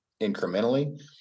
incrementally